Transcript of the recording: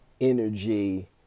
energy